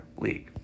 League